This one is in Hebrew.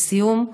לסיום,